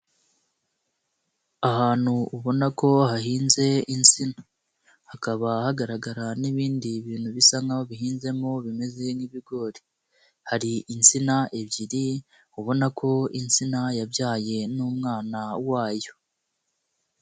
Ahantu ubona ko hahinze insina, hakaba hagaragara n'ibindi bintu bisa nk'aho bihinzemo bimeze nk'ibigori, hari insina ebyiri, ubona ko insina yabyaye n'umwana wayo.